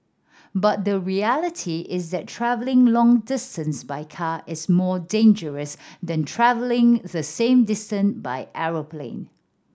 but the reality is that travelling long distances by car is more dangerous than travelling the same distant by aeroplane